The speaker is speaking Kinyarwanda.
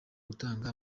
gutanga